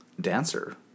Dancer